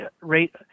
rate